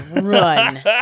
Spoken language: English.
run